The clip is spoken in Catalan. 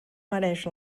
mereix